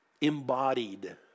embodied